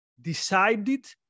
decided